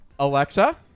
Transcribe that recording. Alexa